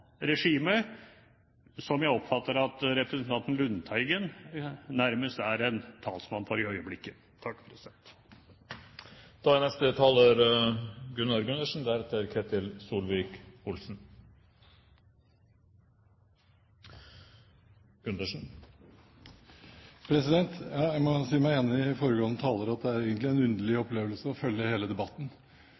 regime, som jeg oppfatter at representanten Lundteigen nærmest er en talsmann for i øyeblikket. Jeg må si meg enig med foregående taler i at det egentlig er en underlig opplevelse å følge debatten. Man får jo et inntrykk av at